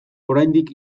oraindik